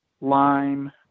lime